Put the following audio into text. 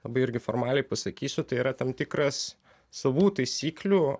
labai irgi formaliai pasakysiu tai yra tam tikras savų taisyklių